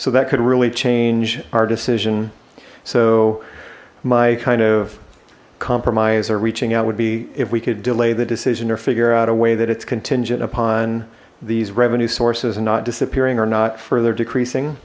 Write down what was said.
so that could really change our decision so my kind of compromise are reaching out would be if we could delay the decision or figure out a way that it's contingent upon these revenue sources and not disappearing or not further decreasing